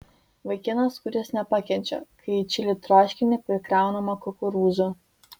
vaikinas kuris nepakenčia kai į čili troškinį prikraunama kukurūzų